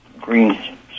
green